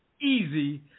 easy